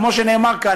כמו שנאמר כאן,